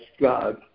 God